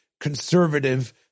conservative